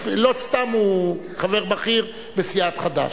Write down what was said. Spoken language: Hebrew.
לא סתם הוא חבר בכיר בסיעת חד"ש.